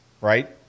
right